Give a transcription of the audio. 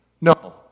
No